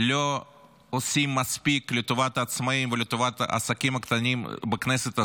לא עושים מספיק לטובת העצמאים ולטובת העסקים הקטנים בכנסת הזאת,